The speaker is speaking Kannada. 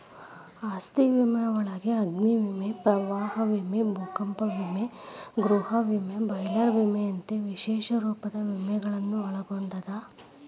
ಆಸ್ತಿ ವಿಮೆಯೊಳಗ ಅಗ್ನಿ ವಿಮೆ ಪ್ರವಾಹ ವಿಮೆ ಭೂಕಂಪ ವಿಮೆ ಗೃಹ ವಿಮೆ ಬಾಯ್ಲರ್ ವಿಮೆಯಂತ ವಿಶೇಷ ರೂಪದ ವಿಮೆಗಳನ್ನ ಒಳಗೊಂಡದ